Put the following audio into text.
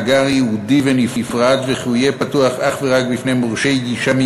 כדי לנסות ולהילחם בעבריינות הכלכלית העושה בחלפני הכספים